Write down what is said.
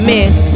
Miss